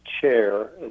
chair